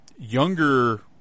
younger